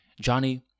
Johnny